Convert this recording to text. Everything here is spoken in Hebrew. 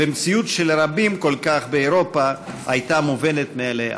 במציאות שלרבים כל כך באירופה הייתה מובנת מאליה,